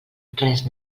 res